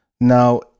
Now